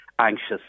anxious